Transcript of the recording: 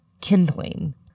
kindling